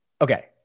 okay